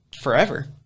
forever